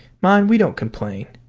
mind, we don't complain.